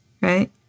right